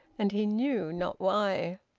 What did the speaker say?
and he knew not why.